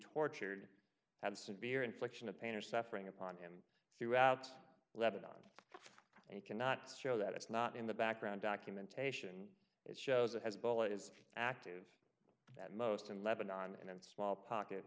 tortured and severe infliction of pain or suffering upon him throughout lebanon and he cannot show that it's not in the background documentation it shows that hezbollah is active at most in lebanon and in small pocket